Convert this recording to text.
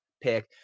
Pick